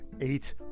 eight